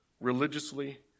religiously